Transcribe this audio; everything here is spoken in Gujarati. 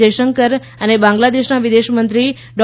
જયશંકર અને બાંગ્લાદેશના વિદેશમંત્રી ડો